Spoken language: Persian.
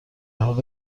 حال